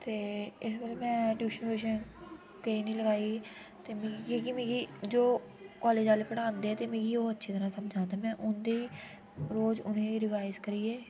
ते इस बेल्लै में ट्यूशन व्यूशन कोई नि लगाई क्योंकि मिगी जो कालेज आह्ले पढांदे ते मिगी ओह् अच्छी तरह समझ आंदा में उं'दे रोज उ'नेंगी रिवाइज करियै